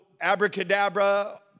abracadabra